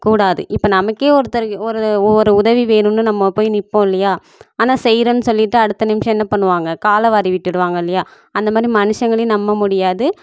கூடாது இப்போ நமக்கே ஒருத்தருக்கு ஒரு ஒரு உதவி வேணும்னு நம்ம போய் நிற்போம் இல்லையா ஆனால் செய்கிறேன் சொல்லிட்டு அடுத்த நிமிஷம் என்ன பண்ணுவாங்க காலைவாரி விட்டுடுவாங்க இல்லையா அந்த மாதிரி மனுஷங்களையும் நம்ப முடியாது